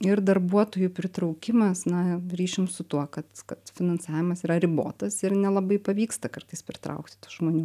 ir darbuotojų pritraukimas na ryšium su tuo kad finansavimas yra ribotas ir nelabai pavyksta kartais pritraukti tų žmonių